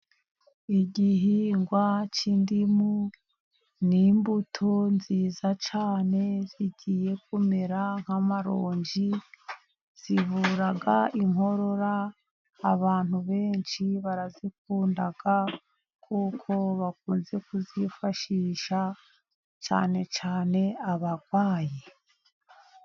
Igihingwa cy'indimu ni imbuto nziza cyane zigiye kumera nk'amaronji. Zivura inkorora, abantu benshi barazikunda kuko bakunze kuzifashisha cyane cyane abarwayi.